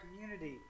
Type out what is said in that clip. community